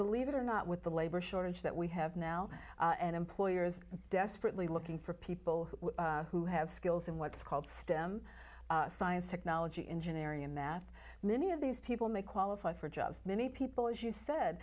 believe it or not with the labor shortage that we have now and employers are desperately looking for people who have skills in what's called stem science technology engineering and math many of these people may qualify for jobs many people as you said